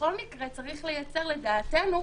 ובכל מקרה צריך לייצר לדעתנו,